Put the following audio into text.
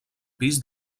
pis